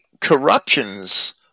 corruptions